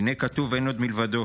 "הינה כתוב 'אין עוד מלבדו',